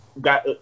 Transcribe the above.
Got